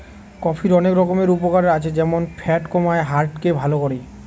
কফির অনেক রকমের উপকারে আছে যেমন ফ্যাট কমায়, হার্ট কে ভালো করে